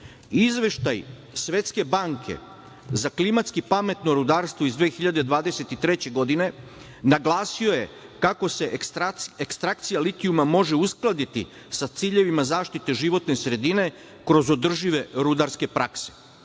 sredinu. Izveštaj Svetske banke za klimatski pametno rudarstvo iz 2023. godine naglasio je kako se ekstrakcija litijuma može uskladiti sa ciljevima zaštite životne sredine kroz održive rudarske prakse.